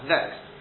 Next